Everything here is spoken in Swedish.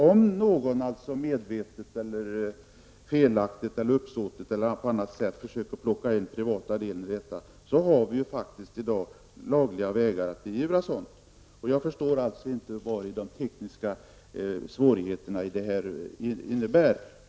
Om någon medvetet, på ett felaktigt sätt eller uppsåtligen försöker föra in privat kapital i det arbetande kapitalet, så finns det lagliga möjligheter att beivra sådant. Jag förstår alltså inte vari de tekniska svårigheterna ligger.